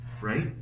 right